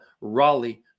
Raleigh